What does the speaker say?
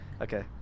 okay